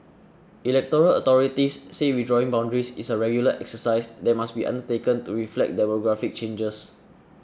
electoral authorities say redrawing boundaries is a regular exercise that must be undertaken to reflect demographic changes